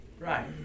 Right